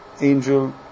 angel